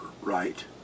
right